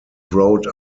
wrote